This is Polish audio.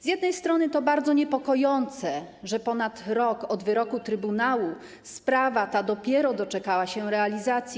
Z jednej strony to bardzo niepokojące, że dopiero ponad rok od wyroku trybunału sprawa ta doczekała się realizacji.